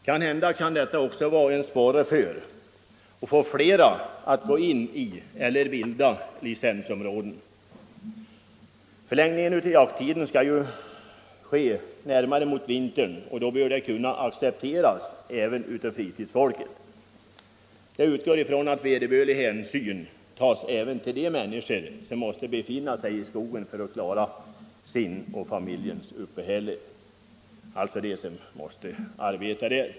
Kanhända kan detta också vara en sporre för att få flera att gå in i eller bilda licensområden. Förlängningen av jakttiden skall ju ske närmare mot vintern, och då bör den kunna accepteras även av fritidsfolket. Jag utgår från att vederbörlig hänsyn tas även till de människor som måste befinna sig i skogen för att klara sitt och familjens uppehälle, alltså de som måste arbeta där.